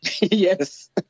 Yes